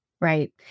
Right